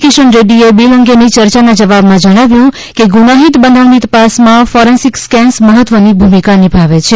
કિશન રેડ્ડીએ બિલ અંગેની ચર્ચાના જવાબમાં જણાવ્યું કે ગુનાહિત બનાવની તપાસમાં ફોરેન્સિક સ્કેન્સ મહત્ત્વની ભૂમિકા નિભાવે છે